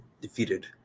defeated